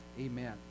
Amen